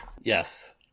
yes